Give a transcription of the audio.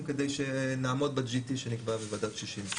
כדי שנעמוד ב-GT שנקבע בוועדת שישינסקי.